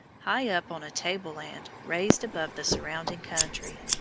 high up on a table-land raised above the surrounding country.